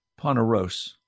Poneros